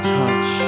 touch